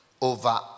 over